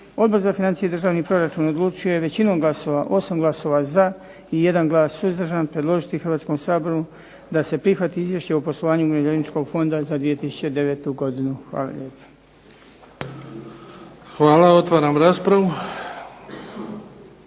Odbor za financije i državni proračun odlučio je većinom glasova, 8 glasova za i 1 glas suzdržan predložiti Hrvatskom saboru da se prihvati Izvješće o poslovanju Umirovljeničkog fonda za 2009. godinu. Hvala lijepa.